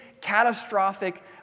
catastrophic